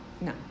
no